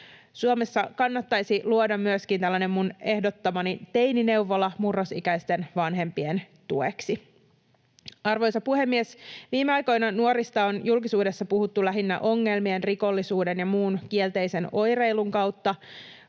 Suomessa kannattaisi luoda myöskin tällainen minun ehdottamani teinineuvola murrosikäisten vanhempien tueksi. Arvoisa puhemies! Viime aikoina nuorista on julkisuudessa puhuttu lähinnä ongelmien, rikollisuuden ja muun kielteisen oireilun, kautta.